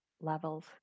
levels